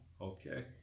Okay